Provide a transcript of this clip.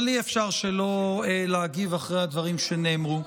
אבל אי-אפשר שלא להגיב אחרי הדברים שנאמרו.